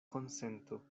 konsento